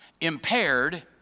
impaired